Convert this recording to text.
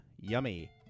yummy